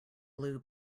blue